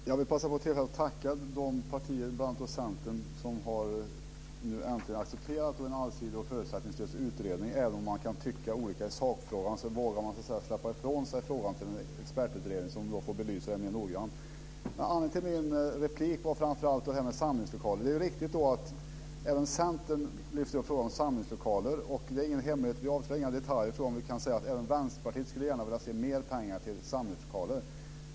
Herr talman! Jag vill passa på att tacka de partier, bl.a. Centern, som nu äntligen har accepterat en allsidig och förutsättningslös utredning. Även om man kan tycka olika i sakfrågan vågar man släppa ifrån sig frågan till en expertutredning som får belysa den mer noggrant. Anledningen till min replik var framför allt det där med samlingslokaler. Det är riktigt att även Centern lyfter upp frågan om samlingslokaler. Det är ingen hemlighet, vi avslöjar inga detaljer här tror jag, att även Vänsterpartiet gärna skulle vilja se mer pengar till samlingslokaler.